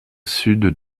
sud